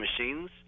machines